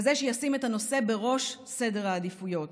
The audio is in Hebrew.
כזה שישים את הנושא בראש סדר העדיפויות,